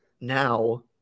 now